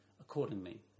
accordingly